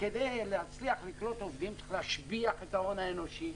שכדי להצליח לקלוט עובדים צריך להשביח את ההון האנושי,